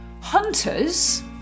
hunters